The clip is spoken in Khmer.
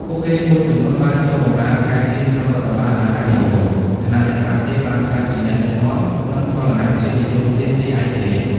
ពួកគេមួយចំនួនបានចូលបម្រើការងារក្នុងរដ្ឋបាលអាណានិគម ខណៈអ្នកខ្លះទៀតបានក្លាយជាអ្នកដឹកនាំក្នុងចលនាជាតិនិយមទាមទារឯករាជ្យ។